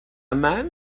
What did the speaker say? man